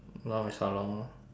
now is how long more